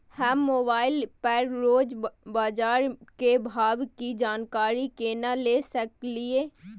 हम मोबाइल पर रोज बाजार के भाव की जानकारी केना ले सकलियै?